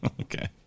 okay